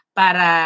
para